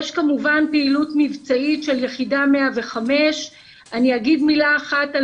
יש כמובן פעילות מבצעית של יחידה 105. אני אגיד מילה אחת על